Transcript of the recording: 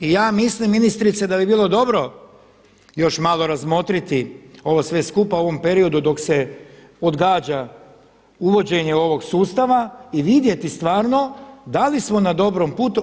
Ja mislim ministrice da bi bilo dobro još malo razmotriti ovo sve skupa u ovom periodu dok se odgađa uvođenje ovog ustava i vidjeti stvarno da li smo na dobrom putu.